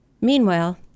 Meanwhile